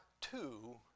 two